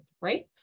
right